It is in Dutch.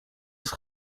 het